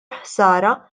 ħsara